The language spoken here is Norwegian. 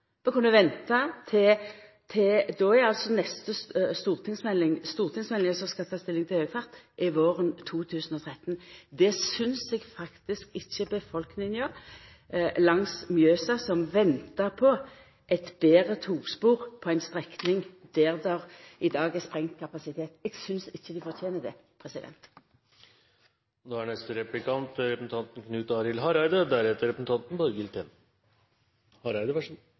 til den neste stortingsmeldinga som skal ta stilling til høg fart, altså våren 2013. Det synest eg faktisk ikkje befolkninga langs Mjøsa, som ventar på eit betre togspor på ei strekning der det i dag er sprengt kapasitet, fortener. Statsråden sa i sine svar no i replikkrunden at det ikkje er sjølvsagt at det er